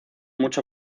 mucho